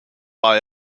war